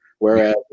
Whereas